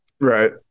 Right